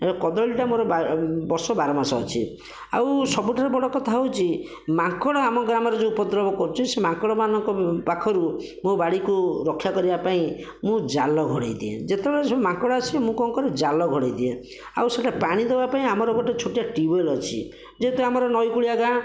କଦଳୀଟା ମୋର ବା ବର୍ଷକ ବାର ମାସ ଅଛି ଆଉ ସବୁଠାରୁ ବଡ଼ କଥା ହେଉଛି ମାଙ୍କଡ଼ ଆମ ଗ୍ରାମରେ ଯେଉଁ ଉପଦ୍ରବ କରୁଛି ସେ ମାଙ୍କଡ଼ମାନଙ୍କ ପାଖରୁ ମୋ ବାଡ଼ିକୁ ରକ୍ଷା କରିବା ପାଇଁ ମୁଁ ଜାଲ ଘୋଡ଼େଇ ଦିଏଁ ଯେତେବେଳେ ସବୁ ମାଙ୍କଡ଼ ଆସିବେ ମୁଁ କ'ଣ କରେ ଜାଲ ଘୋଡ଼େଇ ଦିଏଁ ଆଉ ସେଇଟା ପାଣି ଦେବା ପାଇଁ ଆମର ଗୋଟାଏ ଛୋଟିଆ ଟିୟୁବଲ୍ ଅଛି ଯେହେତୁ ଆମର ନଈ କୂଳିଆ ଗାଁ